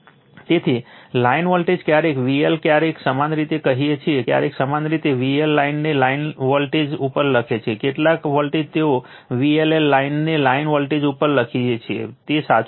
તેથી line voltage ક્યારેક V L ક્યારેક સમાન રીતે કહીએ છીએ ક્યારેક સમાન રીતે V L લાઇનને લાઇન વોલ્ટેજ ઉપર લખે છે કેટલાક વોલ્ટ તેઓ V LL લાઇનને લાઇન વોલ્ટેજ ઉપર લખી શકે છે તે સાચું છે